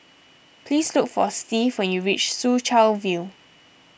please look for Steve when you reach Soo Chow View